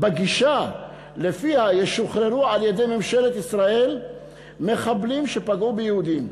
בגישה שלפיה ישוחררו על-ידי ממשלת ישראל מחבלים שפגעו ביהודים,